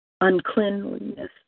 Uncleanliness